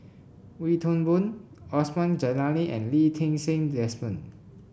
Wee Toon Boon Osman Zailani and Lee Ti Seng Desmond